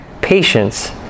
patience